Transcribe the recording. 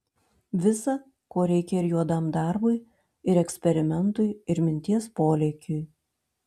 visa ko reikia ir juodam darbui ir eksperimentui ir minties polėkiui